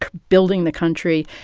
ah building the country.